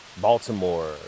Baltimore